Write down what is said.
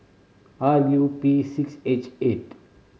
R U P six H eight